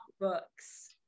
books